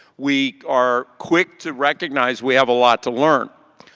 we are quick to recognize, we have a lot to learn.